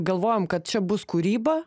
galvojam kad čia bus kūryba